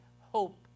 hope